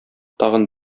тагын